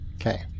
Okay